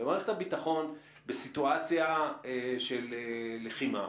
במערכת הביטחון בסיטואציה של לחימה,